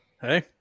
Hey